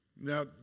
Now